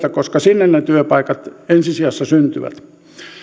koska sinne ne työpaikat ensi sijassa syntyvät